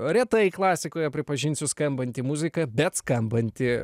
retai klasikoje pripažinsiu skambanti muzika bet skambanti